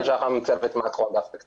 אני מאגף התקציבים.